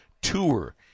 Tour